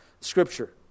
Scripture